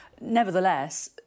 Nevertheless